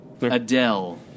Adele